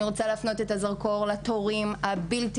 אני רוצה להפנות את הזרקור לתורים הבלתי